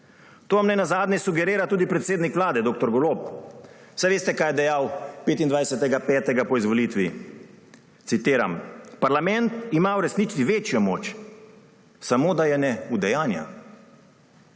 To vam ne nazadnje sugerira tudi predsednik Vlade dr. Golob. Saj veste, kaj je dejal 25. 5. po izvolitvi. Citiram: »Parlament ima v resnici večjo moč, samo da je ne udejanja.«